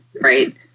Right